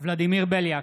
ולדימיר בליאק,